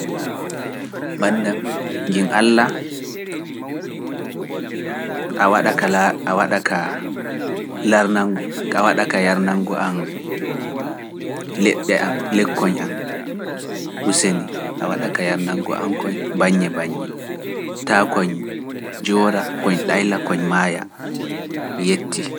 Mbaɗndam gim Alla a waɗa ka yarnangu an lekkoñ an useni a waɗa ka yarnangu an koñ baññe baññe taa koñ joora koñ ɗayla koñ maaya yetti.